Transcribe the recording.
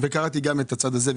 קראתי גם את הצד הזה,